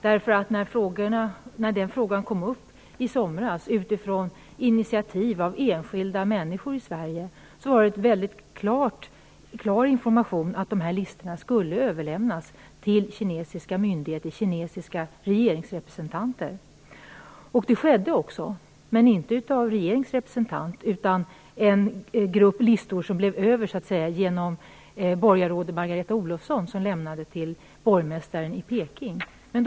När den här frågan kom upp i somras, utifrån initiativ av enskilda människor i Sverige, sades det väldigt klart att listorna skulle överlämnas till kinesiska regeringsrepresentanter. Så har också skett - men inte från någon representant för den svenska regeringen. I stället var det borgarrådet Margareta Olofsson som till borgmästaren i Peking lämnade en grupp listor som så att säga blivit över.